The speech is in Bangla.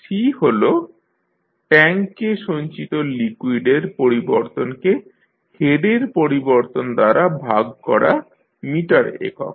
C হল ট্যাঙ্কে সঞ্চিত লিকুইডের পরিবর্তনকে হেডের পরিবর্তন দ্বারা ভাগ করা মিটার এককে